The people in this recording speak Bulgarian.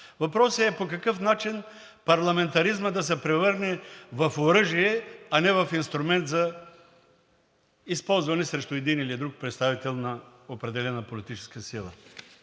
Въпросът е по какъв начин парламентаризмът да се превърне в оръжие, а не в инструмент за използване срещу един или друг представител на определена политическа сила.